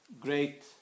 Great